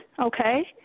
Okay